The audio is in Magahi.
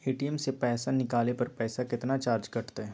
ए.टी.एम से पईसा निकाले पर पईसा केतना चार्ज कटतई?